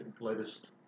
latest